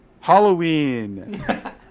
Halloween